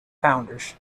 founders